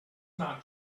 not